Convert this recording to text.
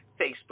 Facebook